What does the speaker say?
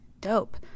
dope